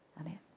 Amen